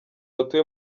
batuye